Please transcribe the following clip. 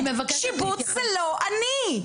שיבוץ זה לא אני.